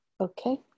Okay